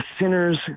sinner's